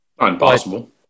Impossible